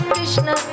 Krishna